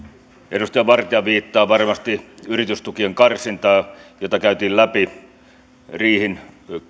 edustaja vartia viittaa varmasti yritystukien karsintaan jota käytiin läpi riihen